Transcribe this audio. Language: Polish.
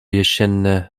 jesienne